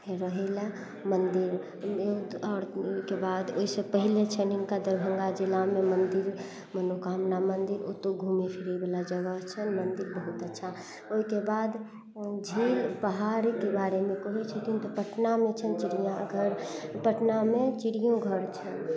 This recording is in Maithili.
रहै लए मन्दिर आओर ओहिके बाद ओहिसँ पहिले छनि हिनका दरभंगा जिलामे मन्दिर मनोकामना मन्दिर ओतौ घुमै फिरै बला जगह छनि मन्दिर बहुत अच्छा ओहिके बाद झील पहाड़के बारेमे कहै छथिन तऽ पटनामे छनि चिड़ियाघर पटनामे चिड़ियो घर छनि